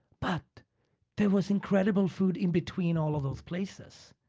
but there was incredible food in between all of those places.